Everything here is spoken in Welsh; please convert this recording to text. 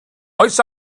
oes